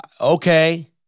okay